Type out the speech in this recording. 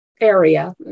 area